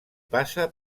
passa